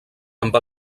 amb